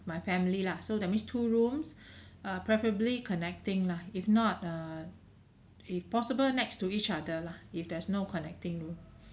my family lah so that means two rooms uh preferably connecting lah if not err if possible next to each other lah if there's no connecting room